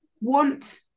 want